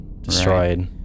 destroyed